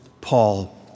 Paul